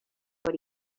what